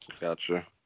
Gotcha